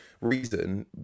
reason